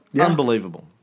Unbelievable